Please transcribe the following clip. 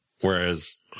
Whereas